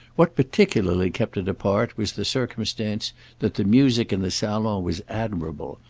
what particularly kept it apart was the circumstance that the music in the salon was admirable,